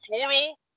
total